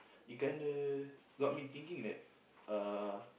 it kinda got me thinking that uh